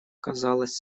казалась